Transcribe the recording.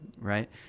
right